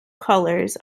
colors